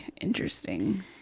interesting